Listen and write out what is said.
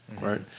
right